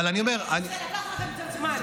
בסדר, זה לקח לכם קצת זמן.